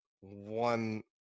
one